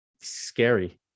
scary